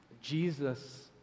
Jesus